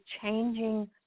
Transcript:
changing